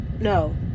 no